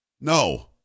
No